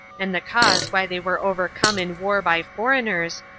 and the cause why they were overcome in war by foreigners,